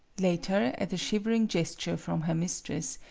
later, at a shivering gesture from her mistress,